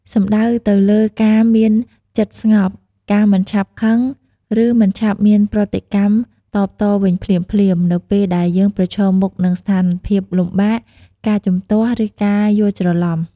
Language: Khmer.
សំដៅទៅលើការមានចិត្តស្ងប់ ការមិនឆាប់ខឹង ឬមិនឆាប់មានប្រតិកម្មតបតវិញភ្លាមៗ នៅពេលដែលយើងប្រឈមមុខនឹងស្ថានភាពលំបាក ការជំទាស់ ឬការយល់ច្រឡំ។